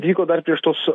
vyko dar prieš tuos